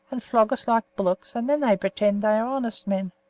and flog us like bullocks, and then they pretend they are honest men.